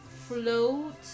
float